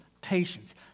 Patience